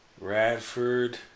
Radford